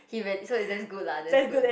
he so that's good lah that's good